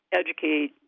educate